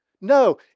No